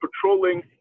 patrolling